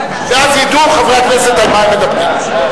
ואז ידעו חברי הכנסת על מה הם מדברים.